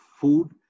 food